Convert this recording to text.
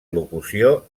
locució